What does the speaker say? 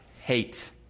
hate